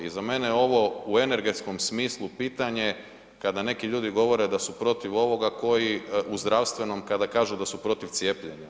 I za mene je ovo u energetskom smislu pitanje, kada neki ljudi govore da su protiv ovoga ko i u zdravstvenom kada kažu da su protiv cijepljenja.